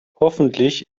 hoffentlich